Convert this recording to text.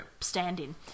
stand-in